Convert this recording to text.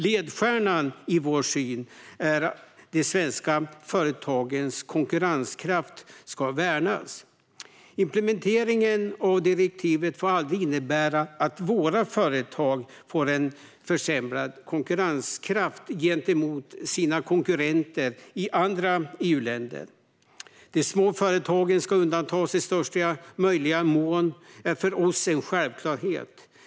Ledstjärnan i vår syn är att de svenska företagens konkurrenskraft ska värnas. Implementeringen av direktivet får aldrig innebära att våra företag får en försämrad konkurrenskraft gentemot sina konkurrenter i andra EU-länder. Att de små företagen i största möjliga utsträckning ska undantas är en självklarhet för oss.